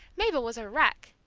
mabel was a wreck.